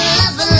love